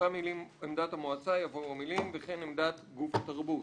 אחרי המילים "עמדת המועצה" יבואו המילים "וכן עמדת גוף התרבות".